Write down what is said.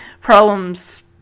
problems